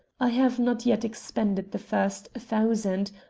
i have not yet expended the first thousand,